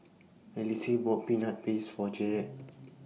Alison bought Peanut Paste For Garrett